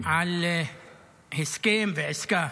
על הסכם ועסקה.